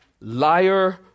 liar